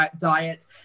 diet